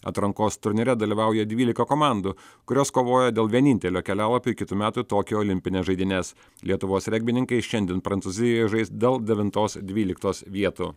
atrankos turnyre dalyvauja dvylika komandų kurios kovoja dėl vienintelio kelialapio į kitų metų tokijo olimpines žaidynes lietuvos regbininkai šiandien prancūzijoje žais dėl devintos dvyliktos vietų